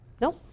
No